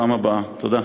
תודה.